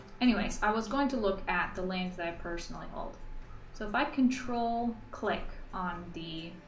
anyways i was going to look at the lands that i personally hold so if i control click on the